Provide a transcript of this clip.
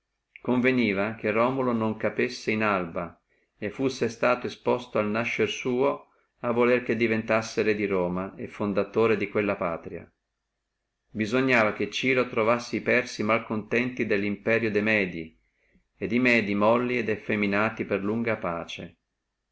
conveniva che romulo non capissi in alba fussi stato esposto al nascere a volere che diventassi re di roma e fondatore di quella patria bisognava che ciro trovassi e persi malcontenti dello imperio de medi e di me di molli et effeminati per la lunga pace